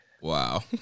Wow